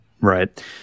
Right